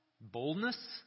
Boldness